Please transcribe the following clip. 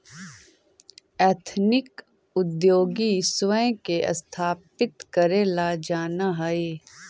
ethnic उद्योगी स्वयं के स्थापित करेला जानऽ हई